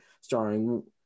starring